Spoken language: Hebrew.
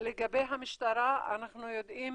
לגבי המשטרה, אנחנו יודעים